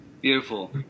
Beautiful